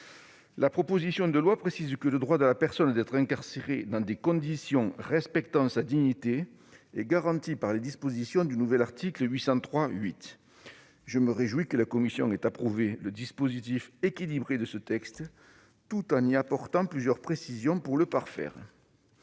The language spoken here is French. La proposition de loi précise que le droit de la personne d'être incarcérée dans des conditions respectant sa dignité est garanti par les dispositions du nouvel article 803-8. Je me réjouis que la commission ait approuvé le dispositif équilibré de ce texte, tout en y apportant plusieurs précisions pour le parfaire.